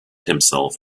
himself